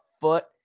foot